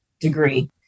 degree